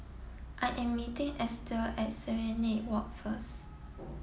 I am meeting Estell at Serenade Walk first